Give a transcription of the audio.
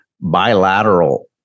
bilateral